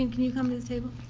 and can you come to the table?